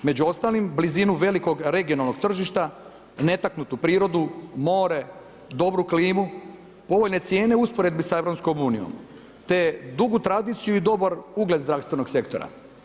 Među ostalim blizinu velikog regionalnog tržišta, netaknutu prirodu, more, klimu, povoljne cijene u usporedbi sa EU-om te dugu tradiciju i dobar ugled zdravstvenog sektora.